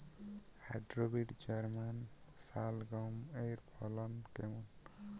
Hybrid German শালগম এর ফলন কেমন?